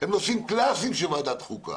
הם נושאים קלסיים של ועדת חוקה.